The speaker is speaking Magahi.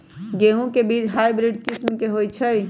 गेंहू के बीज हाइब्रिड किस्म के होई छई?